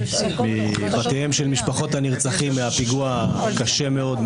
מבתיהן של משפחות הנרצחים בפיגוע הקשה מאוד,